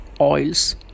oils